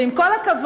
ועם כל הכבוד,